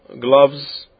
gloves